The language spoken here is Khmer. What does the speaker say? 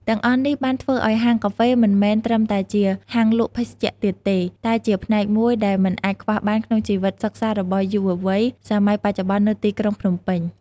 ទាំងអស់នេះបានធ្វើឱ្យហាងកាហ្វេមិនមែនត្រឹមតែជាហាងលក់ភេសជ្ជៈទៀតទេ តែជាផ្នែកមួយដែលមិនអាចខ្វះបានក្នុងជីវិតសិក្សារបស់យុវវ័យសម័យបច្ចុប្បន្ននៅទីក្រុងភ្នំពេញ។